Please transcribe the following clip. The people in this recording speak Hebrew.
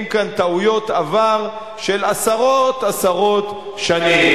כאן טעויות עבר של עשרות-עשרות שנים.